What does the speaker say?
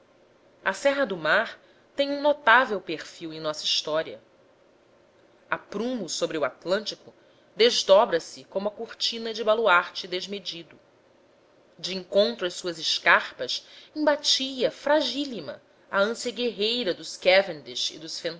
a serra do mar tem um notável perfil em nossa história a prumo sobre o atlântico desdobra se como a cortina de baluarte desmedido de encontro às suas escarpas embatia flagílima a ânsia guerreira dos cavendish e dos